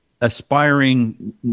aspiring